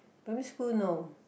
primary school no